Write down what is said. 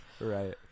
right